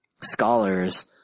scholars